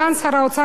לא ראיתי אותו,